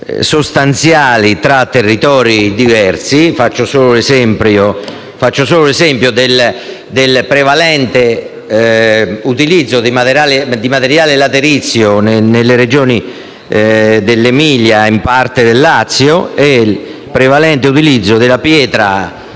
sostanziali tra territori diversi. Faccio solo l'esempio del prevalente utilizzo di materiale laterizio nell'Emilia, e in parte nel Lazio, e del prevalente utilizzo della pietra